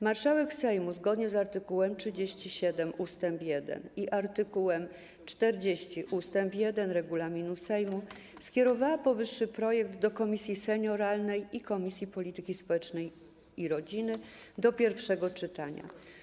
Marszałek Sejmu, zgodnie z art. 37 ust. 1 i art. 40 ust. 1 regulaminu Sejmu, skierowała powyższy projekt do Komisji Senioralnej i Komisji Polityki Społecznej i Rodziny do pierwszego czytania.